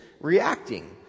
reacting